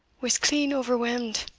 was clean overwhelmed.